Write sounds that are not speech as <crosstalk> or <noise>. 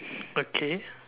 <laughs> okay